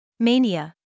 Mania